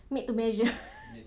made to measure